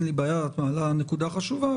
את מעלה נקודה חשובה.